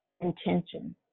intention